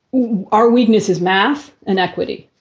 are weaknesses, math and equity.